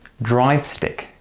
drive stick,